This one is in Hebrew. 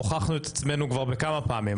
הוכחנו את עצמנו כמה פעמים.